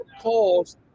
cause